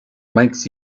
makes